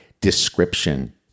description